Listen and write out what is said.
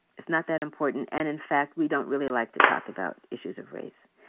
it's not that important. and in fact, we don't really like to talk about issues of race.